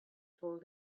told